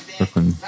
Brooklyn